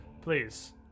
Please